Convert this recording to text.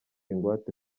ingwate